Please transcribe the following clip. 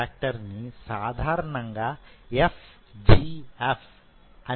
దీన్ని సాధారణంగా FGF అనే పేరుతో వ్యవహరిస్తారు